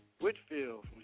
Whitfield